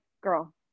girl